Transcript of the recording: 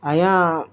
ଆଜ୍ଞା